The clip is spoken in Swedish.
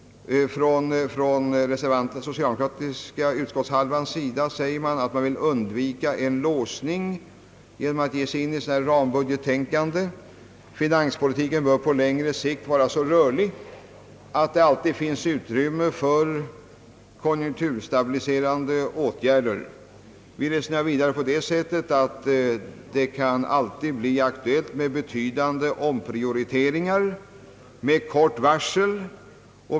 Den socialdemokratiska utskottshälften säger att man vill undvika en låsning genom att ge sig in i ett dylikt rambudgettänkande. Finanspolitiken bör på längre sikt vara så rörlig att det alltid finns utrymme för konjunkturstabiliserande åtgärder. Vidare kan det alltid bli aktuellt med betydande omprioriteringar med kort varsel.